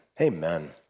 Amen